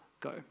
go